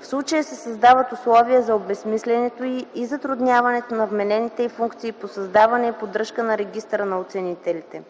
В случая се създават условия за обезсмислянето й и затрудняване на вменените й функции по създаването и поддръжката на регистъра на оценителите.